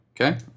Okay